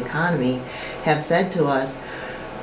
economy have said to us